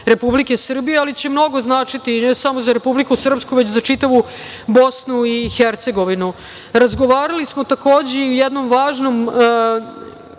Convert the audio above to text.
Republike Srbije, ali će mnogo značiti, ne samo za Republiku Srpsku, već za čitavu BiH.Razgovarali smo takođe i o jednom važnom